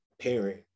parent